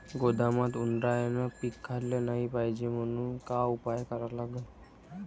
गोदामात उंदरायनं पीक खाल्लं नाही पायजे म्हनून का उपाय करा लागन?